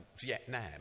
Vietnam